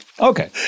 Okay